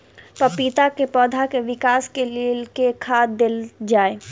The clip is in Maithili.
पपीता केँ पौधा केँ विकास केँ लेल केँ खाद देल जाए?